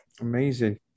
Amazing